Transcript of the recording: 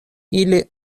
ili